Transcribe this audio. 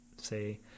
say